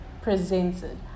presented